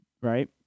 right